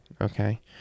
okay